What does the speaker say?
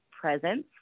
presence